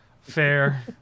Fair